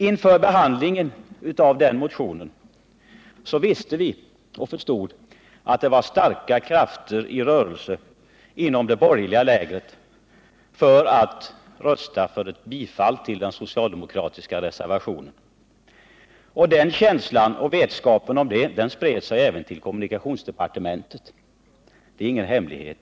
Inför behandlingen av vår motion förstod vi att det var starka krafter i rörelse inom det borgerliga lägret för ett bifall till den socialdemokratiska reservationen. Känslan av och vetskapen om detta spred sig även till kommunikationsdepartementet. Det är ingen hemlighet.